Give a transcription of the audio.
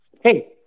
Hey